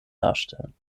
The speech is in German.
darstellen